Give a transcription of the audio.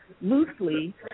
loosely